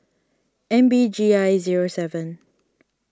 M B G I zero seven